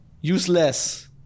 useless